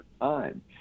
time